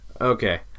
Okay